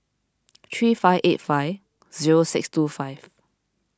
three five eight five zero six two five